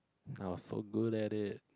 I was so good at it